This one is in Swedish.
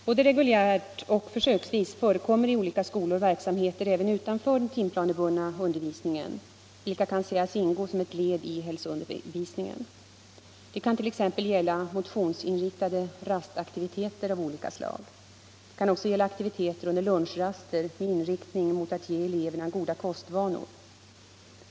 Både reguljärt och försöksvis förekommer i olika skolor verksamheter även utanför den timplanebundna undervisningen, vilka kan sägas ingå som ett led i hälsoundervisningen. Det kan t.ex. gälla motionsinriktade rastaktiviteter av olika slag. Det kan också gälla aktiviteter under lunchraster med inriktning på att ge eleverna goda kostvanor.